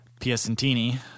Piacentini